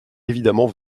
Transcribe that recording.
évidemment